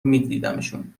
میدیدمشون